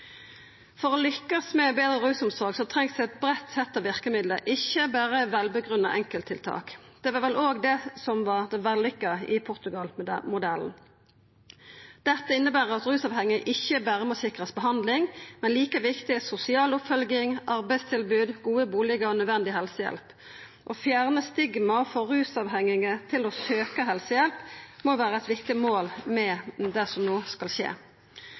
For å lykkast med betre rusomsorg trengst det eit breitt sett av verkemiddel, ikkje berre vel grunngitte enkelttiltak. Det er vel òg det som var det vellykka i Portugal-modellen. Dette inneber at rusavhengige ikkje berre må sikrast behandling. Like viktig er sosial oppfølging, arbeidstilbod, gode bustader og nødvendig helsehjelp. Å fjerna stigmaet for rusavhengige til å søkja helsehjelp må vera eit viktig mål med det som no skal skje.